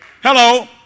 Hello